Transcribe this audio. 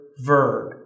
verb